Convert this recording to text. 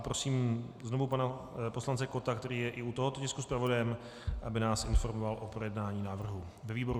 Prosím znovu pana poslance Kotta, který je i u tohoto tisku zpravodajem, aby nás informoval o projednání návrhu ve výboru.